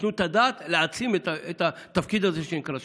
ייתנו את הדעת על העצמת התפקיד הזה שנקרא שוטר.